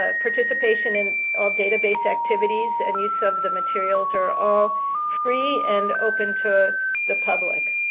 ah participation in all database activities and use of the materials are all free and open to the public.